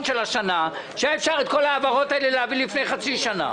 של השנה כשאפשר היה להביא את כל ההעברות האלה לפני חצי שנה.